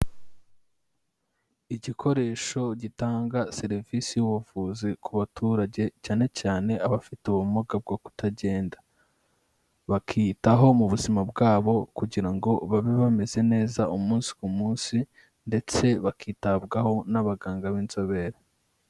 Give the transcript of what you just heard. Igikoresho gitanga serivisi z'ubuvuzi ku baturage cyane cyane abafite ubumuga bwo kutagenda, bakiyitaho mu buzima bwabo kugira ngo babe bameze neza umunsi ku munsi ndetse bakitabwaho n'abaganga b'inzobere.